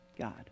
God